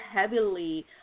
heavily